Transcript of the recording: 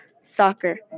soccer